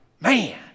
Man